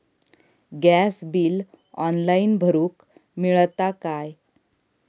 Gas bill online भरुक मिळता काय?